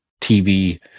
TV